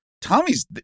Tommy's